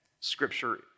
Scripture